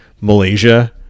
Malaysia